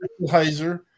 Heiser